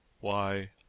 Why